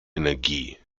energie